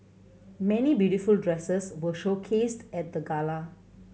many beautiful dresses were showcased at the gala